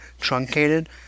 truncated